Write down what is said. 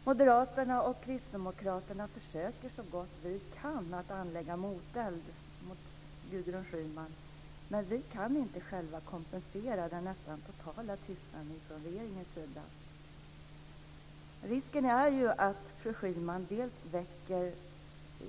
Vi moderater och kristdemokraterna försöker så gott vi kan att anlägga moteld mot Gudrun Schyman, men vi kan inte själva kompensera den nästan totala tystnaden från regeringens sida. Risken är ju att fru Schyman väcker